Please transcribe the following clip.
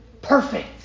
Perfect